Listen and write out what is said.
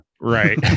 Right